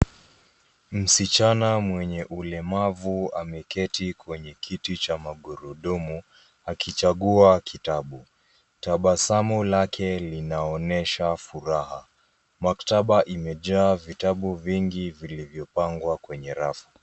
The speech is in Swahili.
Msichana mwenye ulemavu ameketi kwenye kiti cha magurudumu, akichagua kitabu. Tabasamu lake linaonyesha furaha. Maktaba imejaa vitabu vingi vilivyopangwa kwenye rafu.